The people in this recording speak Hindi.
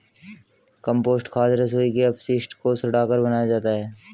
कम्पोस्ट खाद रसोई के अपशिष्ट को सड़ाकर बनाया जाता है